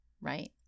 right